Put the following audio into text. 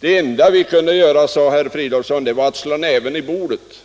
Det enda vi kunde göra, ansåg herr Fridolfsson, var att slå näven i bordet.